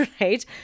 right